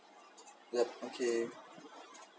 yup okay